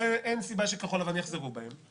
אין סיבה שכחול לבן יחזרו בהם,